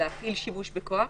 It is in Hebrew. להפעיל שימוש בכוח?